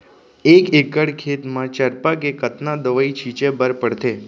एक एकड़ खेत म चरपा के कतना दवई छिंचे बर पड़थे?